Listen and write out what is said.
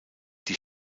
die